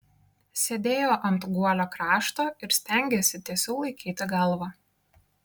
sėdėjo ant guolio krašto ir stengėsi tiesiau laikyti galvą